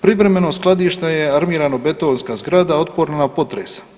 Privremeno skladište je armiranobetonska zgrada otporna na potrese.